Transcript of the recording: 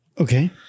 Okay